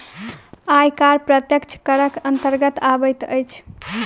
आयकर प्रत्यक्ष करक अन्तर्गत अबैत अछि